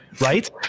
right